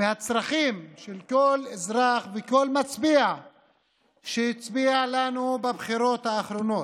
והצרכים של כל אזרח וכל מצביע שהצביע לנו בבחירות האחרונות,